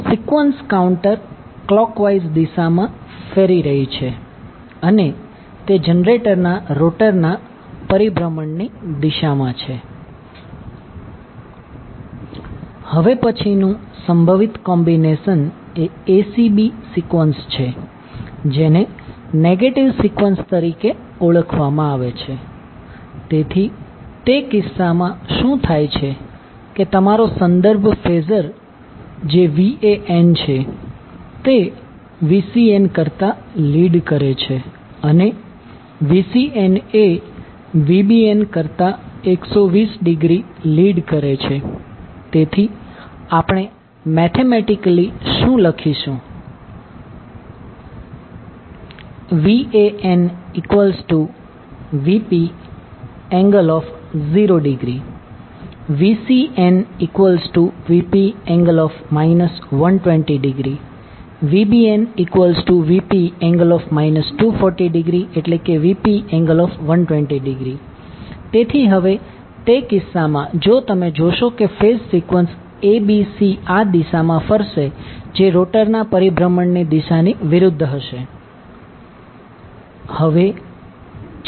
sequence counter clockwise દિશામાં ફેરી રહી છે અને તે જનરેટર ના રોટર ના પરિભ્રમણ ની દિશામાં છે હવે પછીનું સંભવિત કોમ્બિનેશન એ acb સિકવન્સ છે જેને નેગેટિવ સિકવન્સ તરીકે ઓળખવામાં આવે છે તેથી તે કિસ્સામાં શું થાય છે કે તમારો સંદર્ભ ફેઝર જે Van છે તે Vcn કરતા લિડ કરે છે અને Vcn એ Vbn કરતા 120 ડિગ્રી લિડ કરે છે તેથી આપણે મેથેમેટિકલી શું લખીશું VanVp∠0° VcnVp∠ 120° VbnVp∠ 240°Vp∠120° તેથી હવે તે કિસ્સામા જો તમે જોશો કે ફેઝ સિકવન્સ abcઆ દિશામાં ફરશે જે રોટરના પરિભ્રમણ ની દિશા ની વિરુદ્ધ હશે